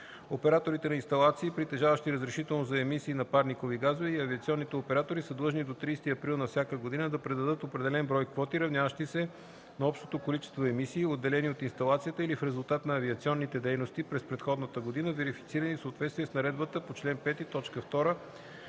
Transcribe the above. Операторите на инсталации, притежаващи разрешително за емисии на парникови газове, и авиационните оператори са длъжни до 30 април всяка година да предадат определен брой квоти, равняващи се на общото количество емисии, отделени от инсталацията или в резултат на авиационните дейности през предходната година, верифицирани в съответствие с наредбата по чл. 5,